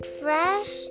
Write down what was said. fresh